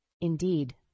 Indeed